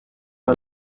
are